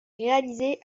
réalisé